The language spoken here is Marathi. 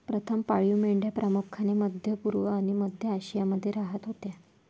प्रथम पाळीव मेंढ्या प्रामुख्याने मध्य पूर्व आणि मध्य आशियामध्ये राहत होत्या